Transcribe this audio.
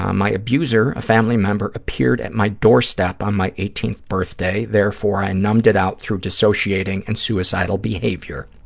um my abuser, a family member, appeared at my doorstep on my eighteenth birthday. therefore, i numbed it out through dissociating and suicidal behavior.